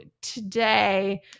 today